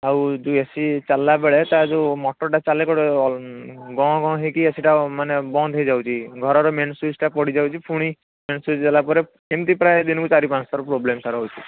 ଆଉ ଯେଉଁ A C ଚାଲିଲା ବେଳେ ତା'ର ଯେଉଁ ମଟର୍ଟା ଚାଲେ ଗୋଟେ ହେଇକି ଏସିଟା ମାନେ ବନ୍ଦ ହେଇଯାଉଛି ଘରର ମେନ୍ ସ୍ଵିଚ୍ଟା ପଡ଼ିଯାଉଛି ପୁଣି ମେନ୍ ସ୍ଵିଚ୍ ଗଲା ପରେ ଏମିତି ପ୍ରାୟ ଚାରି ପାଞ୍ଚଥର ପ୍ରୋବଲେମ୍ ତା'ର ହେଉଛି